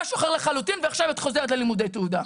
משהו אחר לחלוטין ועכשיו את חוזרת ללימודי תעודה.